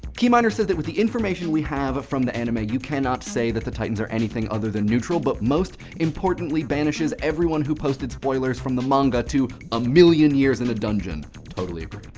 key minor said that with the information we have from the anime, you cannot say that the titans are anything other than neutral, but most importantly, banishes everyone who posted spoilers from the manga to a million years in the dungeon totally agree.